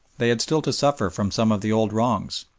they had still to suffer from some of the old wrongs,